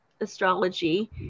astrology